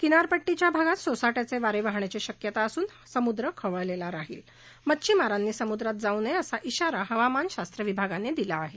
किनारपट्टीच्या भागात सोसाट्याचे वारे वाहण्याची शक्यता असून समूद्र खवळलेला राहील मच्छिमारांनी समूद्रात जाऊ नये असा इशारा हवामानशास्त्र विभागानं दिला आहे